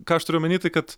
ką aš turiu omeny tai kad